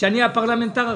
זה לא פתרון?